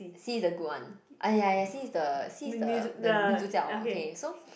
C is the good one ah ya ya C is the C is the the 女主角 okay so